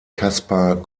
kaspar